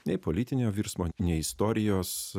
nei politinio virsmo nei istorijos